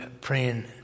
praying